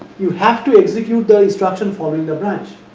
you have to execute the instruction from the branch,